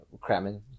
cramming